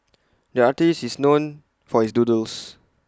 the artist is known for his doodles